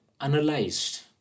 analyzed